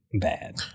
bad